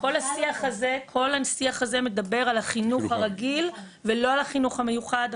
כל השיח הזה מדבר על החינוך הרגיל ולא על החינוך המיוחד.